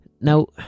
Now